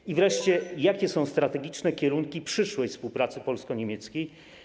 I wreszcie jakie są strategiczne kierunki przyszłej współpracy polsko-niemieckiej?